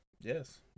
Yes